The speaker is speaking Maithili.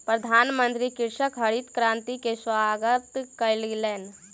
प्रधानमंत्री कृषकक हरित क्रांति के स्वागत कयलैन